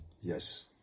Yes